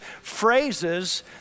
phrases